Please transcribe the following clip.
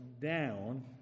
down